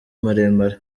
maremare